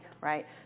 right